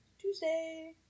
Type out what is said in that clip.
Tuesday